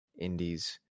indies